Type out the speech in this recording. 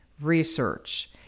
research